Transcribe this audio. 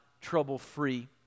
trouble-free